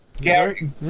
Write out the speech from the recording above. Gary